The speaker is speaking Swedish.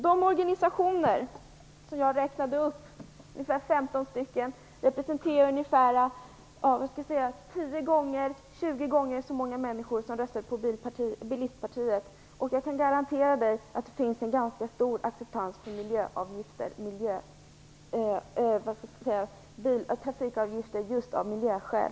De organisationer som jag räknade upp, ungefär 15 stycken, representerar 10-20 gånger så många människor som de som röstade på Bilistpartiet. Jag kan garantera Ingemar Josefsson att det finns en ganska stor acceptans för miljöavgifter eller trafikavgifter just av miljöskäl.